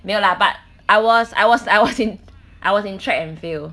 没有 lah but I was I was I was in I was in track and field